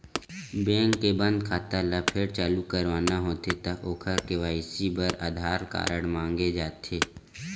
bank के बंद खाता ल फेर चालू करवाना होथे त ओखर के.वाई.सी बर आधार कारड मांगे जाथे